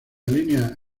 línea